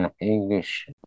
English